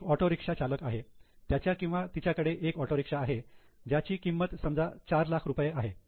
समजा एक ऑटोरिक्षा चालक आहे त्याच्या किंवा तिच्याकडे एक ऑटोरिक्षा आहे ज्याची किंमत समजा 4 लाख आहे